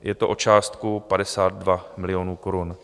Je to o částku 52 milionů korun.